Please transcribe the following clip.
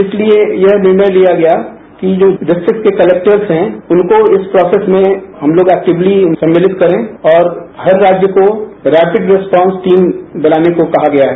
इसलिए यह निर्णय लिया गया कि जो डिस्टीक्स के क्लेक्टर्स हैं उनको इस प्रोसेस में हमलोग एक्टिवली सम्मिलित करें और हर राज्य को रैपिड रिपोस टीम बनाने को कहा गया है